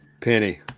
Penny